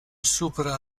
supera